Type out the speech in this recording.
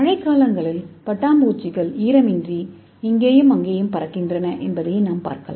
மழைக்காலங்களில் பட்டாம்பூச்சிகள் ஈரமின்றி இங்கேயும் அங்கும் பறக்கின்றன என்பதையும் நாம் அவதானிக்கலாம்